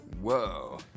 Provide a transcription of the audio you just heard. Whoa